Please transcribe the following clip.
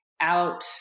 out